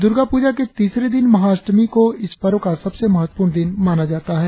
दुर्गा पूजा के तीसरे दिन महाअष्टमी को इस पर्व का सबसे महत्वपूर्ण दिन माना जाता है